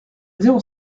zéro